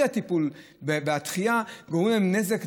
האי-טיפול והדחייה גורמים להם נזק,